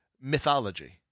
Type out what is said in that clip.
mythology